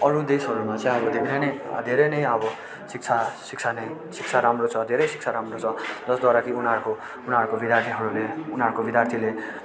अरू देशहरूमा चाहिँ अब धेरै नै धेरै नै अब शिक्षा शिक्षा नै शिक्षा राम्रो छ धेरै शिक्षा राम्रो छ जसद्धारा कि उनीहरूको उनीहरूको विद्यार्थीहरूले उनीहरको विद्यार्थीले